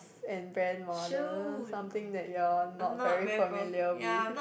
and grandmother something that you are not very familiar with